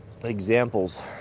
examples